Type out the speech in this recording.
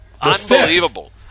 Unbelievable